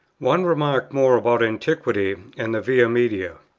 one remark more about antiquity and the via media.